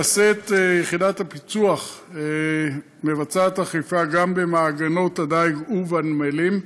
יחידת הפיצו"ח מבצעת אכיפה גם במעגנות הדיג ובנמלים.